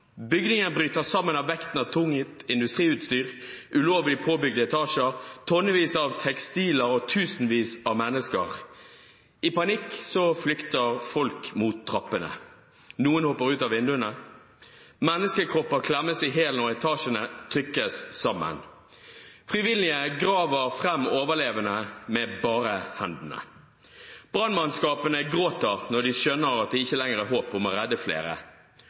Bygningen bryter sammen av vekten av tungt industriutstyr, ulovlig påbygde etasjer, tonnevis av tekstiler og tusenvis av mennesker. I panikk flykter folk mot trappene. Noen hopper ut vinduene. Menneskekropper klemmes i hjel når etasjene trykkes sammen. Frivillige graver fram overlevende med bare hendene. Brannmannskapene gråter når de skjønner at det ikke lenger er håp om å redde flere.